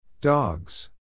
Dogs